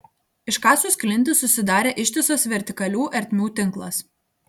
iškasus klintis susidarė ištisas vertikalių ertmių tinklas